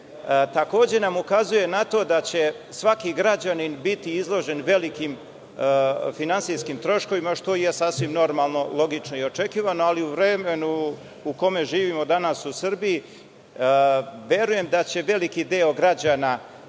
takođe nam ukazuje na to da će svaki građanin biti izložen velikim finansijskim troškovima, što je sasvim normalno, logično i očekivano, ali u vremenu u kome živimo danas u Srbiji verujem da će veliki deo građana